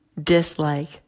dislike